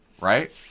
Right